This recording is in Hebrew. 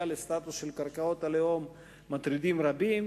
לסטטוס של קרקעות הלאום מטרידים רבים.